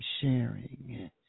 sharing